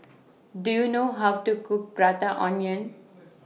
Do YOU know How to Cook Prata Onion